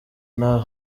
ntawe